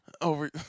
Over